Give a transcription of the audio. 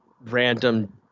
random